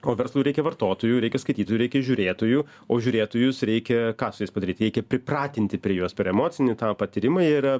o verslui reikia vartotojų reikia skaitytojų reikia žiūrėtojų o žiūrėtojus reikia ką su jais padaryt reikia pripratinti prie juos per emocinį tą patyrimą jie yra